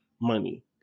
money